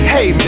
Hey